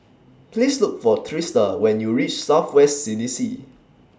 Please Look For Trista when YOU REACH South West C D C